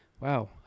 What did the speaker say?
wow